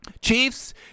Chiefs